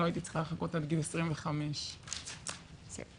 לא הייתי צריכה לחכות עד גיל 25. תודה.